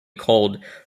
called